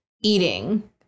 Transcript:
eating